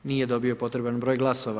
Nije dobio potreban broj glasova.